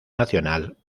nacional